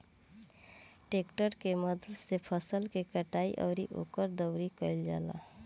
tractor के मदद से फसल के कटाई अउरी ओकर दउरी कईल जाला